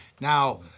Now